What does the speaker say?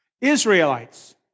Israelites